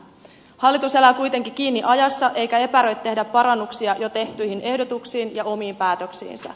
hallitus elää kuitenkin kiinni ajassa eikä epäröi tehdä parannuksia jo tehtyihin ehdotuksiin ja omiin päätöksiinsä